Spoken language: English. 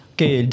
Okay